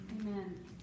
Amen